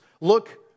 look